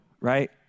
Right